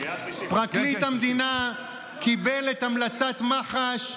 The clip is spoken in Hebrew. פרקליט המדינה קיבל את המלצת מח"ש,